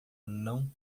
não